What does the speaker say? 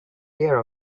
care